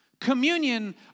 Communion